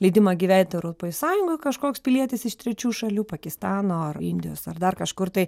leidimą gyventi europoj sąjungoj kažkoks pilietis iš trečių šalių pakistano ar indijos ar dar kažkur tai